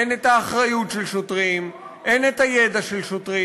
אין את האחריות של שוטרים, אין את הידע של שוטרים,